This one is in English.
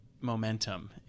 momentum